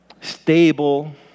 stable